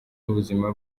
n’ubuzima